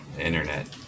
internet